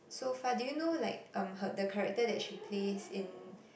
so far do you know like um her the character that she plays in